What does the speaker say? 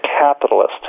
capitalist